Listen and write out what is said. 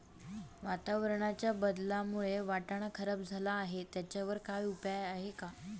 वातावरणाच्या बदलामुळे वाटाणा खराब झाला आहे त्याच्यावर काय उपाय आहे का?